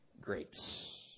grapes